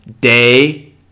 day